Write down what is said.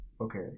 okay